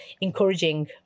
encouraging